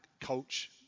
coach